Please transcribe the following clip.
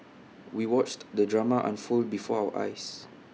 we watched the drama unfold before our eyes